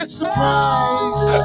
surprise